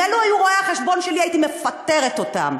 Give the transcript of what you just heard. אם אלה היו רואי-החשבון שלי, הייתי מפטרת אותם,